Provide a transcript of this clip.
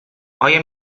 آیا